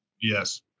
Yes